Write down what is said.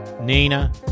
Nina